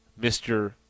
Mr